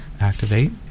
activate